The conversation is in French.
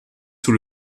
sous